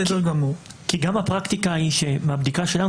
כי גם הפרקטיקה היא שמהבדיקה שלנו